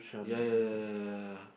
ya ya ya ya ya ya ya